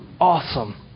awesome